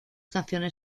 canciones